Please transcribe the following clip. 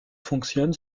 fonctionnent